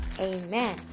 Amen